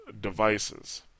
devices